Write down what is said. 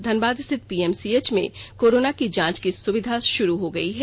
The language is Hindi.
धनबाद स्थित पीएमसीएच में कोरोना की जाँच की सुविधा षुरू हो गयी है